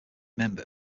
member